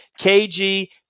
KG